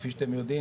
כמו שאתם יודעים.